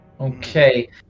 okay